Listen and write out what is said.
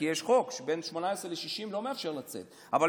כי יש חוק שלא מאפשר לצאת לבני 18 עד 60,